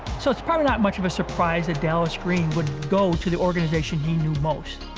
so it's probably not much of a surprise that dallas green would go to the organization he knew most,